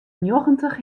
njoggentich